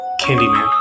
Candyman